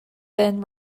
then